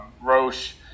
Roche